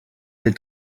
est